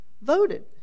voted